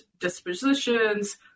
dispositions